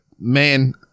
man